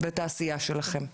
את העשייה שלכם,